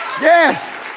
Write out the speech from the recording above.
Yes